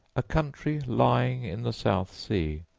a country lying in the south sea,